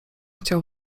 chciał